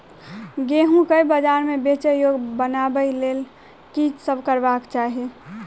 गेंहूँ केँ बजार मे बेचै योग्य बनाबय लेल की सब करबाक चाहि?